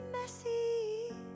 messy